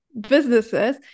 businesses